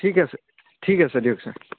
ঠিক আছে ঠিক আছে দিয়ক চাৰ